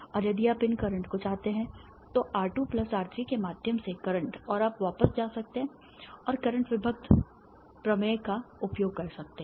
और यदि आप इन करंट को चाहते हैं तो R2 प्लस R3 के माध्यम से करंट और आप वापस जा सकते हैं और करंट विभक्त प्रमेय का उपयोग कर सकते हैं